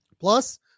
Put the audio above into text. Plus